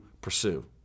pursue